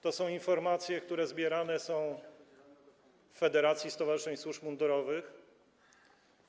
To są informacje, które są zbierane w Federacji Stowarzyszeń Służb Mundurowych RP.